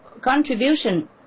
contribution